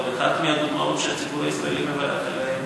אבל אחת מהדוגמאות שהציבור הישראלי מברך עליהן,